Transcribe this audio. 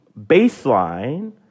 baseline